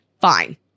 fine